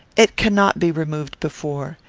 it cannot be removed before.